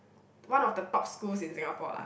one of the top schools in Singapore lah